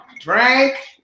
Drink